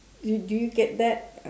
do do you get that